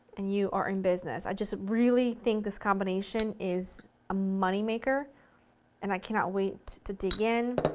and you are in business. i just really think this combination is a money maker and i cannot wait to dig in.